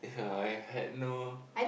yeah I had no